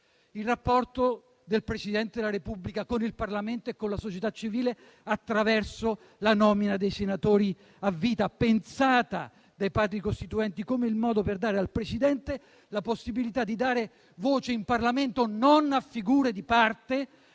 il rapporto del Presidente della Repubblica con il Parlamento e con la società civile attraverso la nomina dei senatori a vita, pensata dai Padri costituenti come il modo per dare al Presidente la possibilità di dare voce in Parlamento non a figure di parte,